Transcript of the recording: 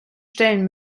stellen